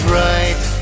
right